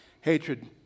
Hatred